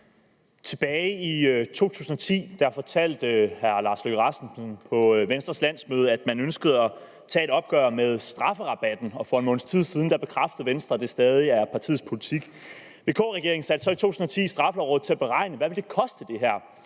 Tilbage i 2010 fortalte hr. Lars Løkke Rasmussen på Venstres landsmøde, at man ønskede at tage et opgør med strafrabatten, og for en måneds tid siden bekræftede Venstre, at det stadig er partiets politik. VK-regeringen satte i 2010 Straffelovrådet til at beregne, hvad det her ville koste. Nu er